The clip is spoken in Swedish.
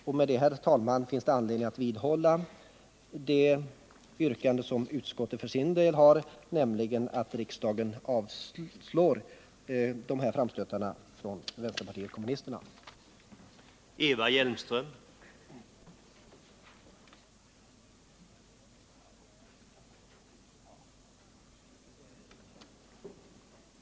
Med det sagda, herr talman, finns det anledning att vidhålla utskottets förslag, nämligen att riksdagen avslår vänsterpartiet kommunisternas framstötar.